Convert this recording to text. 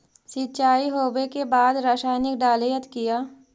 सीचाई हो बे के बाद रसायनिक डालयत किया?